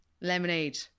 Lemonade